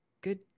good